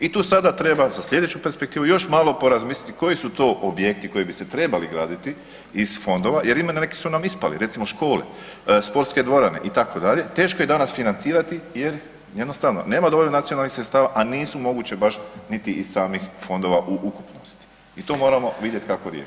I tu sada treba za sljedeću perspektivu još malo porazmisliti koji su to objekti koji bi se trebali graditi iz fondova jer neki su nam ispali, recimo škole, sportske dvorane itd. teško je danas financirati jer jednostavno nema dovoljno nacionalnih sredstava, a nisu moguće baš niti iz samih fondova u ukupnosti i to moramo vidjeti kako riješiti.